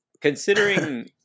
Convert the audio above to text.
considering